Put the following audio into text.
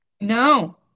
No